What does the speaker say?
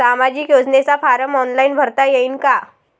सामाजिक योजनेचा form online भरता येईन का?